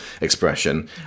expression